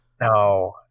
no